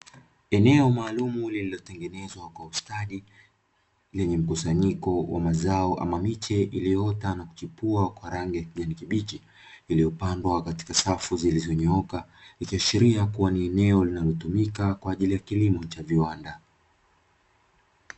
Eneo maalumu lililotengenezwa kwa ustadi lenye mkusanyiko wa mazao ama miche iliyoota na kuchipua ya rangi ya kijani kibichi, iliyopandwa katika safu zilizonyooka, ikiashiria ni eneo lililotengwa kwa ajili ya kilimo cha viwanda.